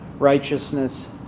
righteousness